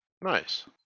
nice